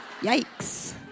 Yikes